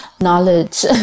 knowledge